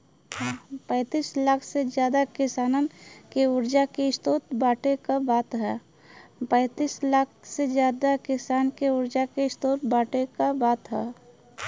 पैंतीस लाख से जादा किसानन के उर्जा के स्रोत बाँटे क बात ह